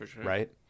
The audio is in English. right